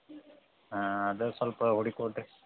ಅದು ಸ್ವಲ್ಪ ಹುಡುಕ್ಕೊಡ್ರಿ